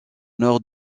nord